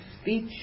speech